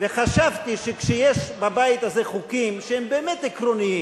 וחשבתי שכשיש בבית הזה חוקים שהם באמת עקרוניים,